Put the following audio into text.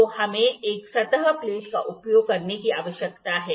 तो हमें एक सतह प्लेट का उपयोग करने की आवश्यकता है